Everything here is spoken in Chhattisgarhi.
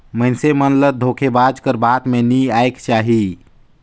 मइनसे मन ल धोखेबाज कर बात में नी आएक चाही